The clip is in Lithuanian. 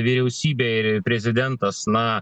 vyriausybė ir prezidentas na